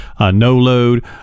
no-load